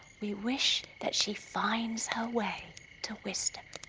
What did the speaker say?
we wish that she finds her way to wisdom.